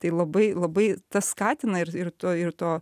tai labai labai tas skatina ir to ir to